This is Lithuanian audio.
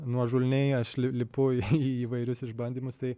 nuožulniai aš li lipu į į įvairius išbandymus tai